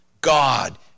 God